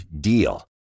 DEAL